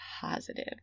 positive